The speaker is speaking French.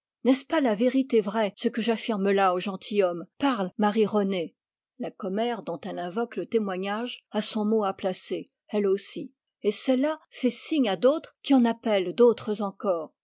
n'est-ce pas la vérité vraie ce que j'affirme là au gentilhomme parle marie renée la commère dont elle invoque le témoignage a son mot à placer elle aussi et celle-là fait signe à d'autres qui en appellent d'autres encore